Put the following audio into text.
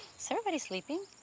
so everybody sleeping?